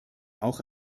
auch